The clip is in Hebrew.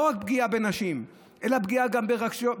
לא רק פגיעה בנשים אלא גם ברגשות,